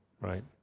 Right